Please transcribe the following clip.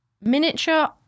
miniature